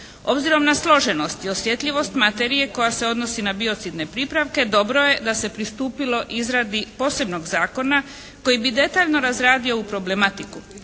Obzirom na složenost i osjetljivost materije koja se odnosi na biocidne pripravke dobro je da se pristupilo izradi posebnog zakona koji bi detaljno razradio ovu problematiku.